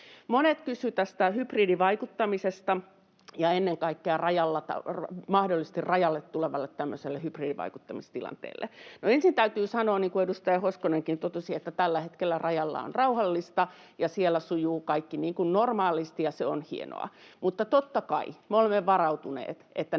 Monet kysyivät tästä hybridivaikuttamisesta ja ennen kaikkea mahdollisesti rajalle tulevasta hybridivaikuttamistilanteesta. No ensin täytyy sanoa, niin kuin edustaja Hoskonenkin totesi, että tällä hetkellä rajalla on rauhallista ja siellä sujuu kaikki niin kuin normaalisti, ja se on hienoa. Mutta totta kai me olemme varautuneet